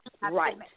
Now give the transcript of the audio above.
right